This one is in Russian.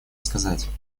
сказать